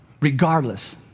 regardless